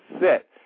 set